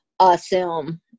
assume